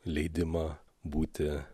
leidimą būti